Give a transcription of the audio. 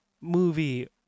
movie